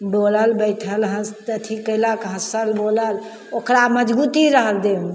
बोलल बैठल हँ अथी कएलक हँसल बोलल ओकरा मजगूती रहल देहमे